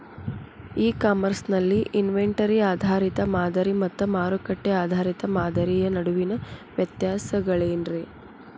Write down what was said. E commerce ನಲ್ಲಿ inventory ಆಧಾರಿತ ಮಾದರಿ ಮತ್ತ ಮಾರುಕಟ್ಟೆ ಆಧಾರಿತ ಮಾದರಿಯ ನಡುವಿನ ವ್ಯತ್ಯಾಸಗಳೇನ ರೇ?